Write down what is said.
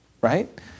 right